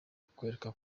kukwereka